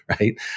Right